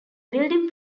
building